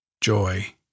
Joy